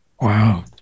Wow